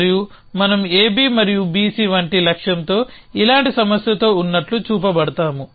మరియు మనం AB మరియు BC వంటి లక్ష్యంతో ఇలాంటి సమస్యతో ఉన్నట్లు చూపబడతాము